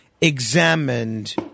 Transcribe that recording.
examined